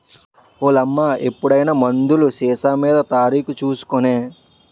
ఓలమ్మా ఎప్పుడైనా మందులు సీసామీద తారీకు సూసి కొనే